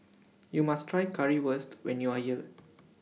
YOU must Try Currywurst when YOU Are here